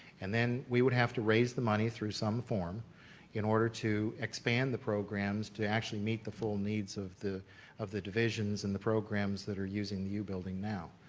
and then, then, we would have to raise the money through some form in order to expand the programs to actually meet the full needs of the of the divisions and the programs that are using the u building now.